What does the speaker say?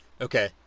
Okay